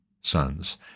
sons